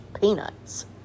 peanuts